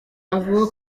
avuga